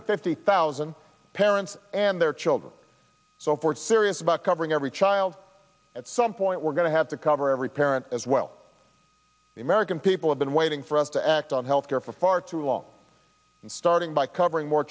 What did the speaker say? fifty thousand parents and their children so for serious about covering every child at some point we're going to have to cover every parent as well the american people have been waiting for us to act on health care for far too long and starting by covering more